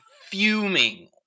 fuming